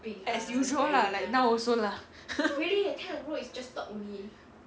as usual lah like now also lah